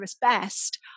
best